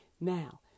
Now